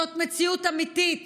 זאת מציאות אמיתית